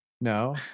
No